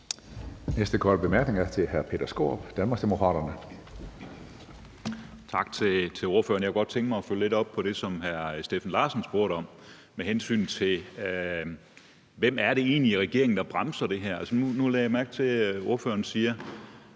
næste korte bemærkning er til hr. Peter Skaarup, Danmarksdemokraterne. Kl. 10:04 Peter Skaarup (DD): Tak til ordføreren. Jeg kunne godt tænke mig at følge lidt op på det, som hr. Steffen Larsen spurgte om, med hensyn til hvem det egentlig er i regeringen, der bremser det her. Altså, nu lagde jeg mærke til, at ordføreren sagde: